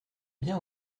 bien